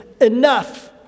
Enough